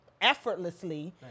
effortlessly